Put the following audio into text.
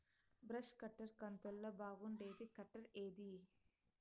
Brush cutter కంతులలో బాగుండేది cutter ఏది?